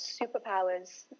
superpowers